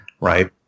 right